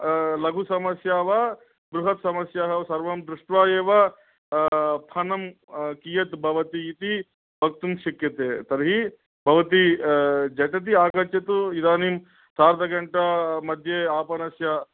लघुसमस्या वा बृहत्समस्या वा सर्वं दृष्त्वा एव धनं कियत्भवति इति वक्तुं शक्यते तर्हि भवती झटिति आगच्छतु इदानीं सार्धघण्टामध्ये आपणस्य